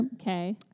Okay